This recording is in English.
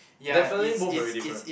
definitely both very different